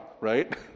right